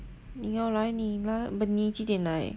你要来你来 but 你几点来